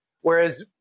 Whereas